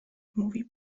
mówi